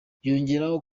yongeraho